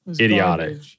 idiotic